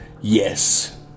Yes